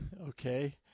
Okay